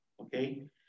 Okay